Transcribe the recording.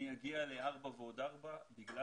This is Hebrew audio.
אני אגיע לארבעה ועוד ארבעה חודשים בגלל